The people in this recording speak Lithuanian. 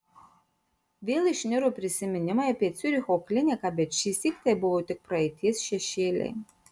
vėl išniro prisiminimai apie ciuricho kliniką bet šįsyk tai buvo tik praeities šešėliai